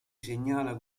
segnala